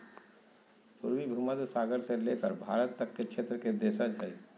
पूर्वी भूमध्य सागर से लेकर भारत तक के क्षेत्र के देशज हइ